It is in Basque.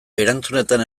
erantzunetan